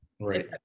Right